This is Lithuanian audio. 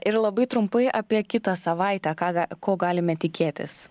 ir labai trumpai apie kitą savaitę ką ga ko galime tikėtis